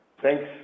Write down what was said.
Thanks